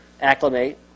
acclimate